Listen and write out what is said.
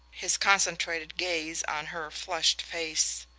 his concentrated gaze on her flushed face.